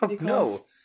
no